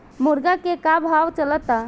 मुर्गा के का भाव चलता?